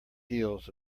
heels